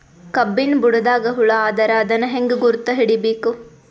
ಕಬ್ಬಿನ್ ಬುಡದಾಗ ಹುಳ ಆದರ ಅದನ್ ಹೆಂಗ್ ಗುರುತ ಹಿಡಿಬೇಕ?